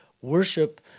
Worship